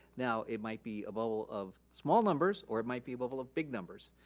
now, it might be a bubble of small numbers or it might be a bubble of big numbers.